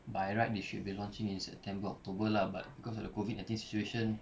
by right they should be launching in september october lah but cause of the COVID nineteen situation